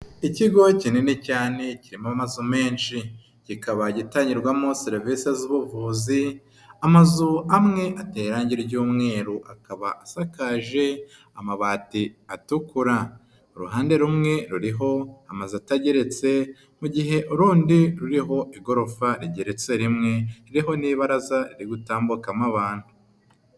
Ikigo kinini cyane kirimo amazu menshi, kikaba gitangirwamo serivise z'ubuvuzi, amazu amwe ateye irangira ry'umweru akaba asakaje amabati atukura, uruhande rumwe ruriho amazu atageretse mu gihe urundi ruriho igorofa rigeretse rimwe, ririho n'ibaraza riri gutambukamo abantu.